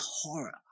horror